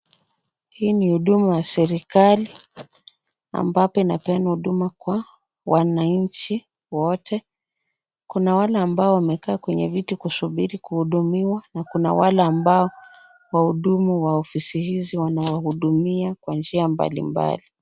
Hii ni huduma ya serikali ambapo inapeana huduma kwa wananchi wote. Kuna wale ambao wamekaa kwenye viti kusubiri kuhudumiwa na kuna wale ambao wahudumu wa ofisi hizi wanawahudumia kwa njia mbalimbali.